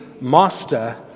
Master